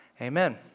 Amen